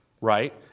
Right